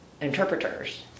interpreters